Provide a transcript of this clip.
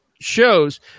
shows